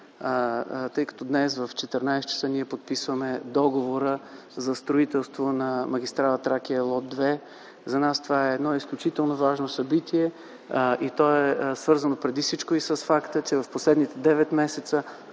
вас... Днес в 14,00 ч. ние подписваме договора за строителство на магистрала „Тракия” – лот 2. За нас това е едно изключително важно събитие. То е свързано преди всичко и с факта, че в последните девет месеца